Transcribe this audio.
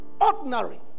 Ordinary